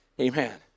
Amen